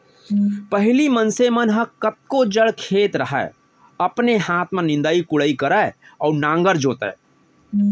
पहिली मनसे मन ह कतको जड़ खेत रहय अपने हाथ में निंदई कोड़ई करय अउ नांगर जोतय